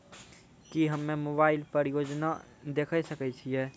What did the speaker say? की हम्मे मोबाइल पर योजना देखय सकय छियै?